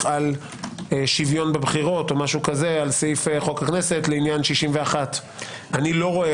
על שוויון בבחירות על סעיף חוק הכנסת לעניין 61. אם כן,